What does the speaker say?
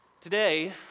Today